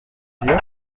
yeux